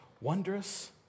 wondrous